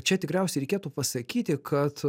čia tikriausiai reikėtų pasakyti kad